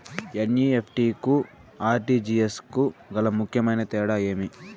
NEFT కు RTGS కు గల ముఖ్యమైన తేడా ఏమి?